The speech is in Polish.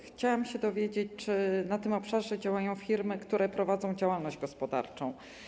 Chciałam się dowiedzieć, czy na tym obszarze działają firmy, które prowadzą działalność gospodarczą.